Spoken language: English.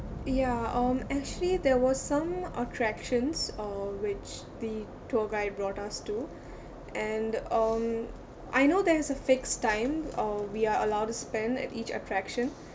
ya um actually there were some attractions uh which the tour guide brought us to and um I know there's a fixed time uh we are allowed to spend at each attraction